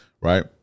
right